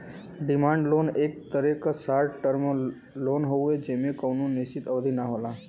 demand loan एक तरे क शार्ट टर्म लोन हउवे जेमे कउनो निश्चित अवधि न होला